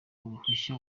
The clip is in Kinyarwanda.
uruhushya